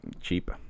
cheap